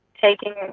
taking